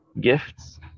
gifts